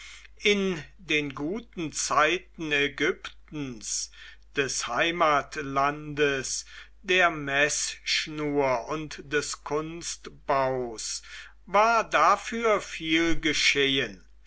in den guten zeiten ägyptens des heimatlandes der meßschnur und des kunstbaus war dafür viel geschehen